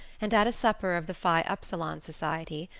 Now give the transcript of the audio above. and at a supper of the phi upsilon society,